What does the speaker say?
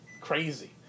Crazy